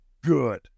good